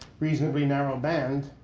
reasonably narrow band,